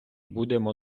будемо